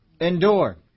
Endure